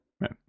Right